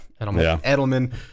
Edelman